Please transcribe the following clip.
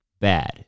bad